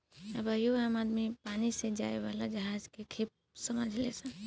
अबहियो आम आदमी पानी से जाए वाला जहाज के खेप समझेलेन